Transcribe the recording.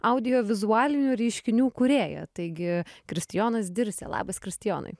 audiovizualinių reiškinių kūrėją taigi kristijonas dirsė labas kristijonai